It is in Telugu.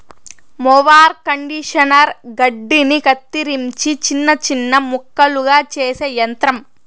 మొవార్ కండీషనర్ గడ్డిని కత్తిరించి చిన్న చిన్న ముక్కలుగా చేసే యంత్రం